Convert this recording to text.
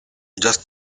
just